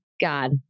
God